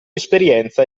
esperienza